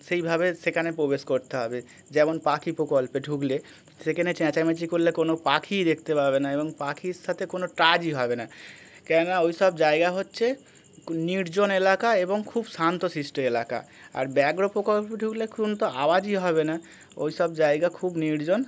সেইভাবে সেখানে প্রবেশ করতে হবে যেমন পাখি প্রকল্পে ঢুকলে সেখানে চেঁচামেচি করলে কোনো পাখিই দেখতে পাবে না এবং পাখির সাথে কোনো টাচই হবে না কেননা ওই সব জায়গা হচ্ছে নির্জন এলাকা এবং খুব শান্ত শিষ্ট এলাকা আর ব্যাঘ্র প্রকল্প প্রকল্পে ঢুকলে কোনো তো আওয়াজই হবে না ওই সব জায়গা খুব নির্জন